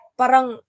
parang